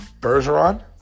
Bergeron